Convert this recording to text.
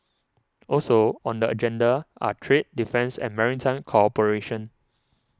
also on the agenda are trade defence and maritime cooperation